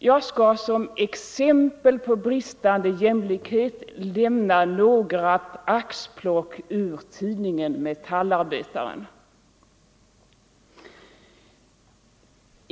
Jag skall som exempel på bristande jämlikhet nämna några axplock ur tidningen Metallarbetaren.